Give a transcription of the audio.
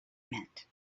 meant